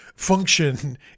function